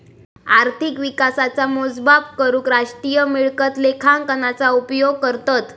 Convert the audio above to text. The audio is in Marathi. अर्थिक विकासाचा मोजमाप करूक राष्ट्रीय मिळकत लेखांकनाचा उपयोग करतत